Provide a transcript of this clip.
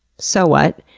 so what.